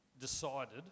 decided